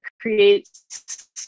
creates